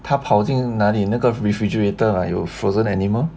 他跑进那里那个 refrigerator right you were frozen anymore